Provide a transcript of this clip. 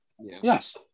Yes